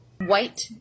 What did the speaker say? White